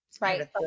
Right